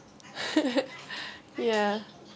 ya